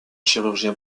chirurgien